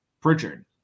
Pritchard